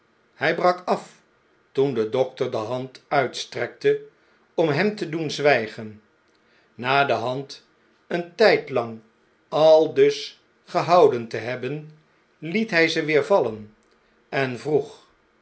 hg brak af toen de dokter de hand uitstrekte om hem te doen zwggen na de hand een tijdlang aldus gehouden te hebben liet hij ze weer vallen en vroeg